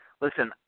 listen